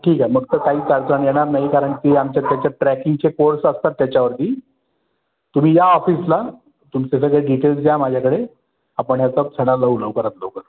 ठीक आहे मग तर काहीच अडचण येणार नाही कारण की आमच्या त्याच्यात ट्रॅकिंगचे कोड्स असतात त्याच्यावरती तुम्ही या ऑफिसला तुमचे सगळे डिटेल्स द्या माझ्याकडे आपण याचा छडा लावू लवकरात लवकर